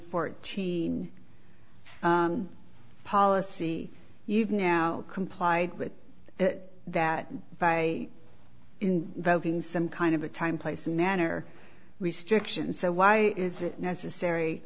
fourteen policy you've now complied with that that by in voting some kind of a time place and manner restrictions so why is it necessary